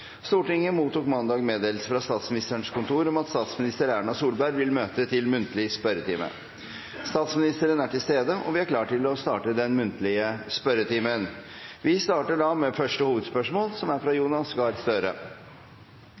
Stortinget mottok mandag meddelelse fra Statsministerens kontor om at statsminister Erna Solberg vil møte til muntlig spørretime. Statsministeren er til stede, og vi er klare til å starte den muntlige spørretimen. Vi starter med første hovedspørsmål, fra representanten Jonas Gahr Støre.